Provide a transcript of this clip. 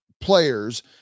players